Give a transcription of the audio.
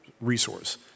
resource